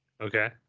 Okay